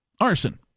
arson